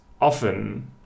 often